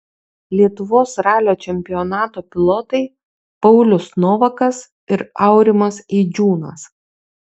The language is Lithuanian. lietuvos ralio čempionato pilotai paulius novakas ir aurimas eidžiūnas